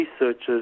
researchers